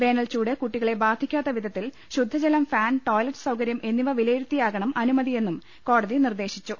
വേനൽ ചൂട് കുട്ടികളെ ബാധിക്കാത്ത വിധത്തിൽ ശുദ്ധജലം ഫാൻ ടോയ്ലറ്റ് സൌകര്യം എന്നിവ വില്ലയിരുത്തിയാകണം അനുമതിയെന്നും കോടതി നിർദ്ദേശിച്ചു